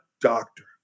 doctor